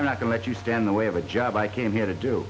i'm not going let you stand the way of a job i came here to do